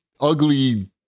ugly